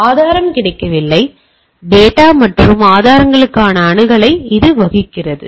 ஆதாரம் கிடைக்கவில்லை டேட்டா மற்றும் ஆதாரங்களுக்கான அணுகலை இது வழங்குகிறது